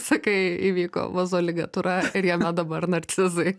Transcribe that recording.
sakai įvyko vazoligatūra ir jame dabar narcizai